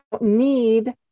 need